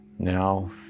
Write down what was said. now